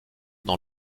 dans